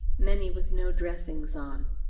many with no dressings on.